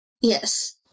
Yes